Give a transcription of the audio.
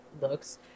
looks